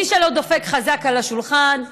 מי שלא דופק חזק על השולחן,